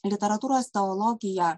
literatūros teologija